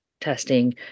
testing